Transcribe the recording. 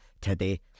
today